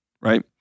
Right